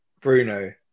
Bruno